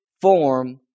form